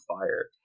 fire